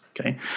okay